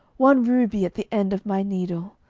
one ruby at the end of my needle.